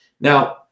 Now